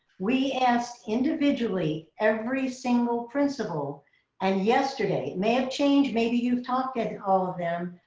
we asked individually, every single principal and yesterday may have changed, maybe you've talked and all of them,